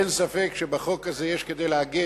אין ספק שבחוק הזה יש כדי להגן